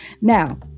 Now